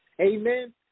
Amen